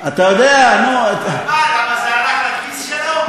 ומה, למה, זה הלך לכיס שלו?